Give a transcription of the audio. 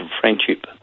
friendship